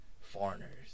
foreigners